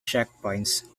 checkpoints